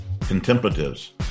contemplatives